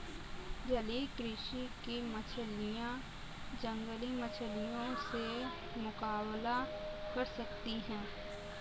जलीय कृषि की मछलियां जंगली मछलियों से मुकाबला कर सकती हैं